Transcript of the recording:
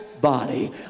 body